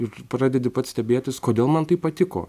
ir pradedi pats stebėtis kodėl man tai patiko